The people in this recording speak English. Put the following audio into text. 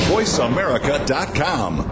VoiceAmerica.com